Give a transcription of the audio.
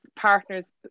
partners